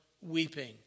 weeping